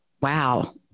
Wow